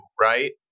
right